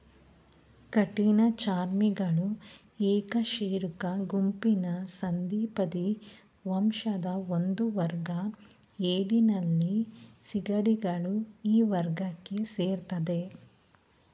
ಕಠಿಣಚರ್ಮಿಗಳು ಅಕಶೇರುಕ ಗುಂಪಿನ ಸಂಧಿಪದಿ ವಂಶದ ಒಂದುವರ್ಗ ಏಡಿ ನಳ್ಳಿ ಸೀಗಡಿಗಳು ಈ ವರ್ಗಕ್ಕೆ ಸೇರ್ತದೆ